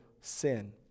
sin